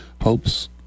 Hopes